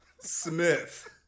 Smith